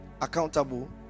accountable